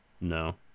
No